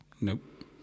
Nope